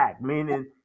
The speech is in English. meaning